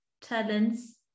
talents